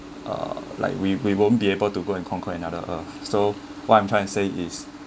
uh like we we won't be able to go and conquer another earth so what I'm trying to say is